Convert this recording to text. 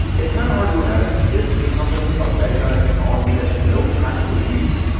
it's kind of hard to imagine this many companies are betting on a technology that has no practical use.